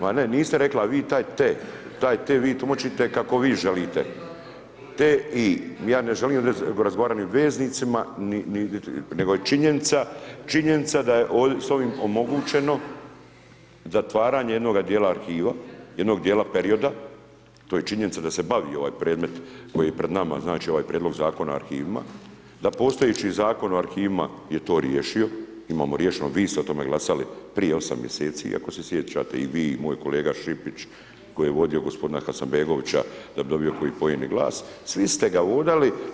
Ma ne niste rekli, ali vi taj te vi tumačite kako vi želite te, i. Ja ne želim razgovarati ni o veznicima nego je činjenica da je s ovim omogućeno zatvaranje jednog dijela arhiva, jednog dijela perioda, to je činjenica da se bavi ovaj predmet koji je pred nama, znači ovaj Prijedlog zakona o arhivima, da postojeći Zakon o arhivima je to riješio, imamo riješeno, vi ste o tome glasali prije osam mjeseci ako se sjećate i vi i moj kolega Šipić koji je vodio gospodina Hasanbegovića da bi dobio koji poen i glas, svi ste ga vodali.